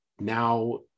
now